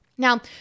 Now